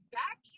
back